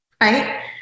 right